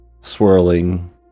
Swirling